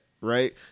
Right